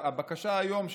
שהבקשה שלך היום,